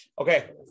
Okay